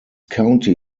county